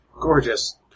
gorgeous